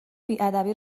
بیادبی